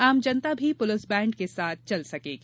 आम जनता भी पुलिस बैण्ड के साथ चल सकेगी